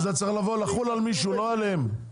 לחול על מישהו, לא עליהם.